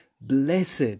blessed